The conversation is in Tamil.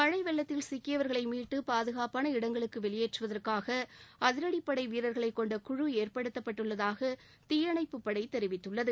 மழை வெள்ளத்தில் சிக்கியவர்களை மீட்டு பாதுகாப்பான இடங்களுக்கு வெளியேற்றுவதற்காக அதிரடிப்படை வீரர்களை கொண்ட குழு ஏற்படுத்தப்பட்டுள்ளதாக தீயணைப்புப் படை தெரிவித்துள்ளது